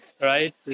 Right